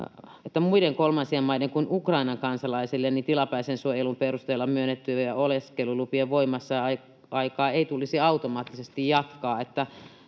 muiden kolmansien maiden kuin Ukrainan kansalaisille tilapäisen suojelun perusteella myönnettävien oleskelulupien voimassaoloaikaa ei tulisi automaattisesti jatkaa.